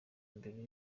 mbere